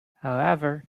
however